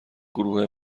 گروه